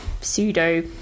pseudo